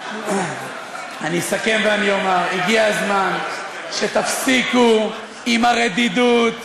אני אסכם ואני אומר: הגיע הזמן שתפסיקו עם הרדידות,